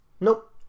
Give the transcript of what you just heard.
Nope